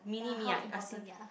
ya how important ya